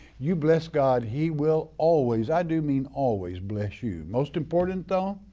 you bless god, he will always, i do mean always bless you. most important though,